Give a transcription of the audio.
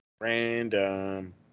Random